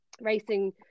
racing